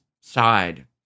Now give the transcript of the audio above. side